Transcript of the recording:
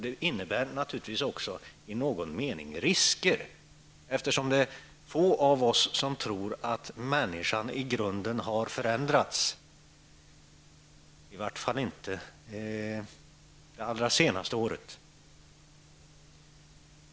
Det innebär också i någon mening risker, eftersom få av oss tror att människan i grunden har förändrats, i varje fall inte under det allra senaste året.